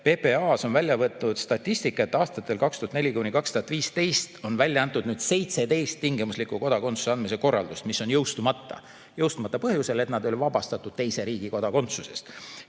PPA‑s on välja võetud statistika, et aastatel 2004–2015 on välja antud 17 tingimuslikku kodakondsuse andmise korraldust, mis on jõustumata – jõustumata põhjusel, et need inimesed ei ole vabastatud teise riigi kodakondsusest